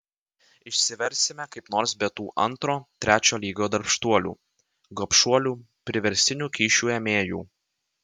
išsiversime kaip nors be tų antro trečio lygio darbštuolių gobšuolių priverstinių kyšių ėmėjų